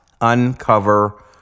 uncover